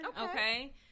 Okay